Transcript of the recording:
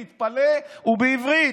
תתפלא, הוא בעברית.